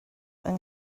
yng